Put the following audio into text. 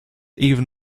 even